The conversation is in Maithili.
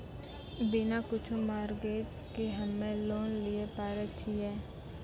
बिना कुछो मॉर्गेज के हम्मय लोन लिये पारे छियै?